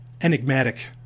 enigmatic